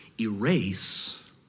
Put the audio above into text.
erase